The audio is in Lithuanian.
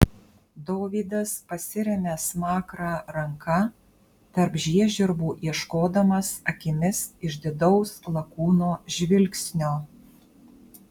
dovydas pasiremia smakrą ranka tarp žiežirbų ieškodamas akimis išdidaus lakūno žvilgsnio